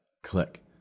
click